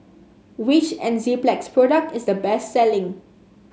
which Enzyplex product is the best selling